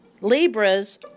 Libra's